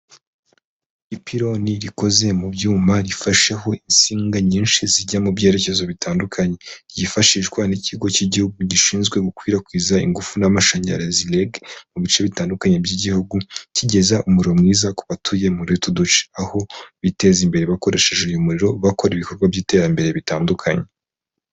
Ipironi rikoze mu byuma rifasheho insinga nyinshi zijya mu byerekezo bitandukanye ryifashishwa n'ikigo cy'igihugu gishinzwe gukwirakwiza ingufu n'amashanyarazi rege mu bice bitandukanye by'igihugu kigeza umuriro mwiza ku batuye muri utu duce aho biteza imbere bakoresheje uyu muriro bakora ibikorwa by'iterambere bitandukanye.